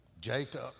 Jacob